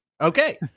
Okay